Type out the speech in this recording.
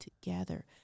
together